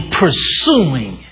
pursuing